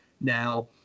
Now